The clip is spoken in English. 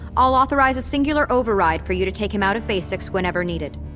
i'll authorize a singular override for you to take him out of basics whenever needed.